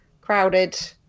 crowded